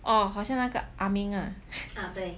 orh 好像那个 ah meng ah